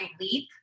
leap